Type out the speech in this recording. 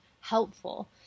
helpful